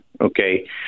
okay